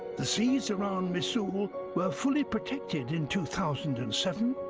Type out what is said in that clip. the seas around misool were fully protected in two thousand and seven,